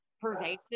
pervasive